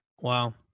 Wow